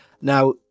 Now